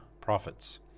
prophets